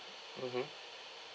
mmhmm